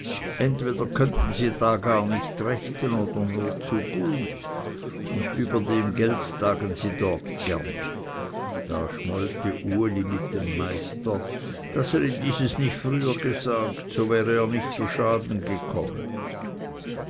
entweder könnten sie da gar nicht rechnen oder nur zu gut und überdem geltstagen sie dort gerne da schmollte uli mit dem meister daß er ihm dieses nicht früher gesagt so wäre er nicht zu schaden gekommen